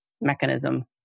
mechanism